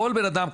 כל בן אדם,